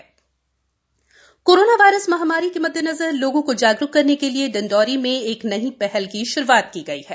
डिंडोरी जागरूकता corona virus महामारी के मद्देनजर लोगों को जागरूक करने के लिए डिण्डोरी में एक नई पहल की श्रुआत की गई है